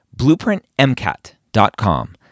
BlueprintMCAT.com